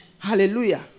Hallelujah